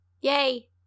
Yay